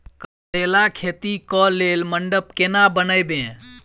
करेला खेती कऽ लेल मंडप केना बनैबे?